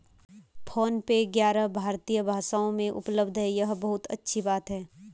phone पे ग्यारह भारतीय भाषाओं में उपलब्ध है यह बहुत अच्छी बात है